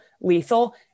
lethal